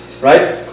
right